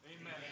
Amen